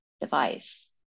device